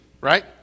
right